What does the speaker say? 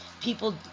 people